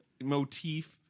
motif